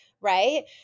Right